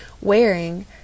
wearing